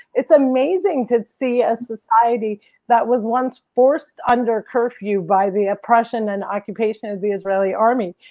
it's amazing to see a society that was once forced under curfew by the oppression and occupation of the israeli army,